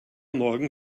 morgen